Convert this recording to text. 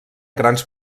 grans